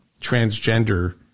transgender